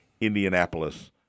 Indianapolis